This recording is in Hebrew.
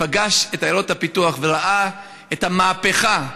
ופגש את עיירות הפיתוח וראה את המהפכה,